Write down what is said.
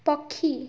ପକ୍ଷୀ